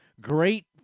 great